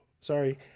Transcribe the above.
sorry